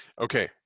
Okay